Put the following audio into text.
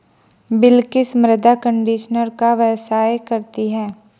बिलकिश मृदा कंडीशनर का व्यवसाय करती है